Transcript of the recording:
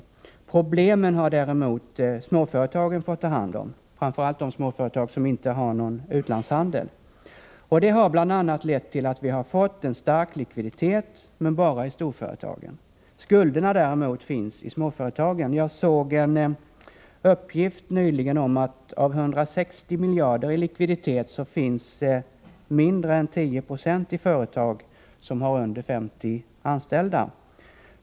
De negativa effekterna har däremot småföretagen fått känna av, framför allt de som inte har någon utlandshandel. Vi har fått en god likviditet, men bara i storföretagen. Skulderna däremot finns hos småföretagen. Jag såg nyligen en uppgift om att mindre än 1096 av den befintliga likviditeten på 160 miljarder finns hos företag som har färre än 50 anställda.